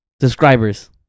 Subscribers